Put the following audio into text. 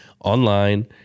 online